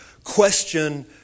Question